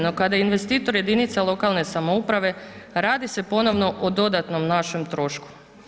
No kada investitor jedinica lokalne samouprave radi se ponovno o dodatnom našem trošku.